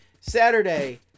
saturday